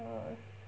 orh